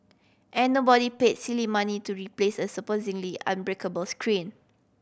and nobody paid silly money to replace a supposedly unbreakable screen